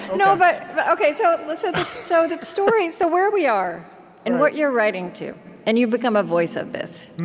you know but but ok, so so the story so where we are and what you're writing to and you've become a voice of this